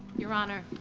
your honor,